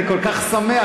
אני כל כך שמח,